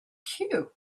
cue